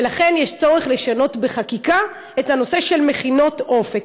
ולכן צריך לשנות בחקיקה את הנושא של מכינות "אופק".